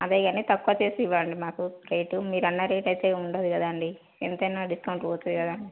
అదే కానీ తక్కువ చేసి ఇవ్వండి మాకు రేటు మీరు అన్న రేట్ అయితే ఉండదు కదండి ఎంతైనా డిస్కౌంట్ పోతుంది కదా